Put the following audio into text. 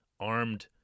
armed